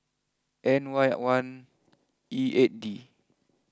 N Y one E eight D